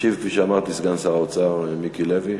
ישיב, כפי שאמרתי, סגן שר האוצר מיקי לוי.